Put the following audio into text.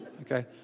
Okay